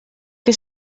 que